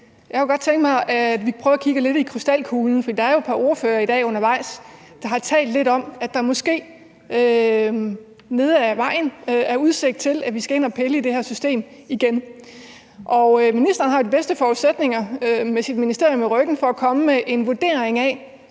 at kigge lidt i krystalkuglen, fordi der jo er et par ordførere, der i dag undervejs har talt lidt om, at der måske hen ad vejen er udsigt til, at vi skal ind og pille i det her system igen. Ministeren har jo de bedste forudsætninger med sit ministerium i ryggen for at komme med en vurdering af,